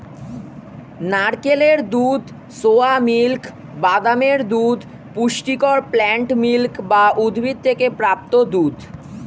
নারকেলের দুধ, soya milk, বাদামের দুধ পুষ্টিকর প্লান্ট মিল্ক বা উদ্ভিদ থেকে প্রাপ্ত দুধ